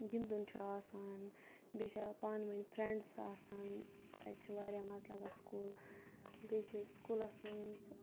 گِنٛدُن چھُ آسان بیٚیہِ چھِ پانہٕ ؤنۍ فرنڈٕس آسان تَتہِ چھُ واریاہ مَزٕ لَگان سکوٗل بیٚیہِ چھُ سکوٗلَس مَنٛز